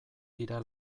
dira